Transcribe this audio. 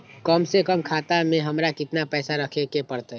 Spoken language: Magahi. कम से कम खाता में हमरा कितना पैसा रखे के परतई?